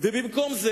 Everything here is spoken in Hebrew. ובמקום זה,